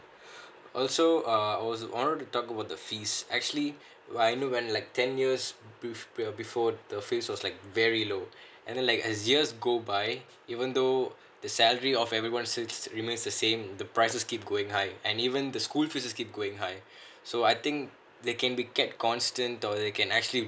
also uh I was wanted to talk about the fees actually I know when like ten years be~ before the fee was like very low and then like as years go by even though the salary of everyone stil~ still remains the same the prices keep going high and even the school fees keep going high so I think they can be get constant or they can actually